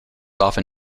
often